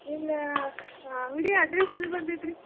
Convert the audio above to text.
ನಿಮ್ಮ ಹಾಂ ಅಂಗಡಿ ಅಡ್ರಸ್ ಎಲ್ಲಿ ಬರ್ತೈತೆ ರಿ